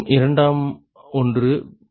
இரண்டாம் ஒன்றும் கூட 0